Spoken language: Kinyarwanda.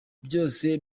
byose